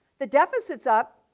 the deficit is up,